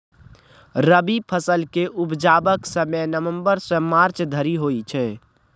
रबी फसल केँ उपजेबाक समय नबंबर सँ मार्च धरि होइ छै